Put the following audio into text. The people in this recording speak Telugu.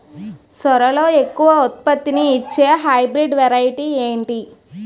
సోరలో ఎక్కువ ఉత్పత్తిని ఇచే హైబ్రిడ్ వెరైటీ ఏంటి?